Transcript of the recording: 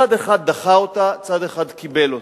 צד אחד דחה אותה, צד אחד קיבל אותה.